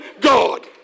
God